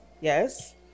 Yes